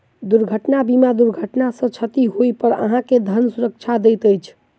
दुर्घटना बीमा दुर्घटना सॅ क्षति होइ पर अहाँ के धन सुरक्षा दैत अछि